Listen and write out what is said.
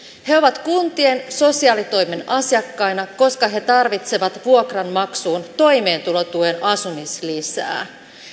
he ovat kuntien sosiaalitoimen asiakkaina koska he tarvitsevat vuokranmaksuun toimeentulotuen asumislisää